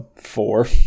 Four